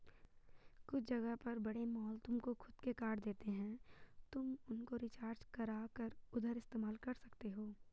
कुछ जगह पर बड़े मॉल तुमको खुद के कार्ड देते हैं तुम उनको रिचार्ज करा कर उधर इस्तेमाल कर सकते हो